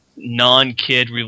non-kid